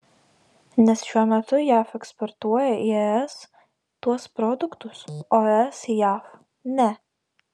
nes šiuo metu jav eksportuoja į es tuos produktus o es į jav ne